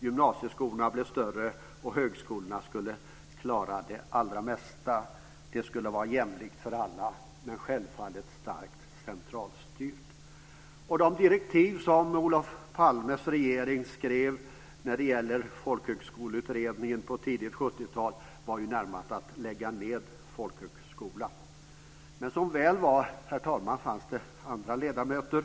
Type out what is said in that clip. Gymnasieskolorna blev större och högskolorna skulle klara det allra mesta. Det skulle vara jämlikt för alla, men självfallet starkt centralstyrt. De direktiv som Olof Palmes regering skrev till Folkhögskoleutredningen på tidigt 70-tal handlade ju närmast om att lägga ned folkhögskolan. Men som väl var, herr talman, fanns det andra ledamöter.